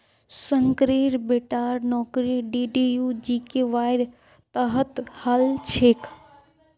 शंकरेर बेटार नौकरी डीडीयू जीकेवाईर तहत हल छेक